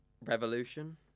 Revolution